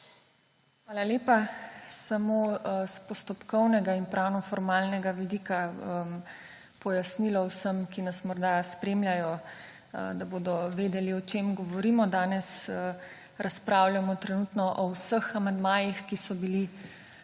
Hvala lepa. Samo s postopkovnega in pravno-formalnega vidika pojasnila vsem, ki nas morda spremljajo, da bodo vedeli, o čem govorimo. Danes razpravljamo trenutno o vseh amandmajih, ki so bili